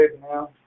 now